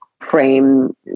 frame